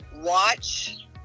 watch